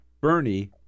Bernie